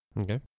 Okay